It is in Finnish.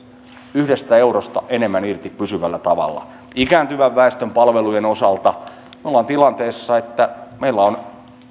yhdestä eurosta enemmän irti pysyvällä tavalla ikääntyvän väestön palvelujen osalta me olemme tilanteessa että meillä on